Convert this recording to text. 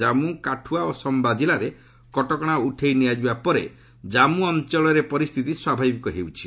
ଜାମ୍ମୁ କାଠୁଆ ଓ ସମ୍ଭା ଜିଲ୍ଲାରେ କଟକଣା ଉଠାଇ ନେଇଯିବା ପରେ ଜାମ୍ମ ଅଞ୍ଚଳରେ ପରିସ୍ଥିତି ସ୍ୱାଭାବିକ ହୋଇଛି